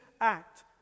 act